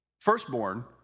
firstborn